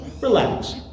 relax